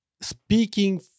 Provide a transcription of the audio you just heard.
Speaking